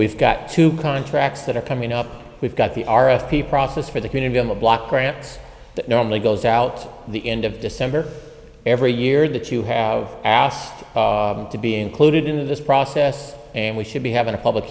we've got two contracts that are coming up we've got the r f p process for the community on the block grants that normally goes out the end of december every year that you have asked to be included in this process and we should be having a public